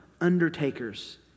undertakers